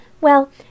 Well